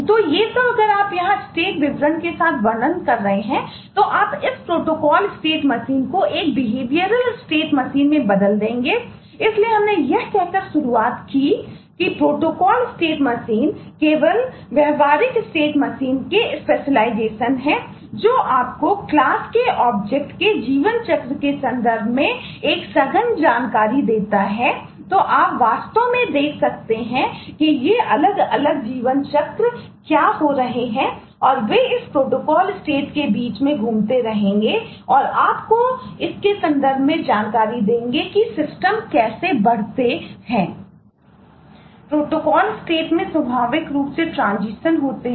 तो ये सब अगर आप यहाँ स्टेटकैसे बढ़ते हैं